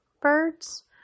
birds